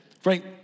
Frank